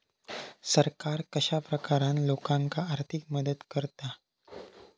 सरकार कश्या प्रकारान लोकांक आर्थिक मदत करता?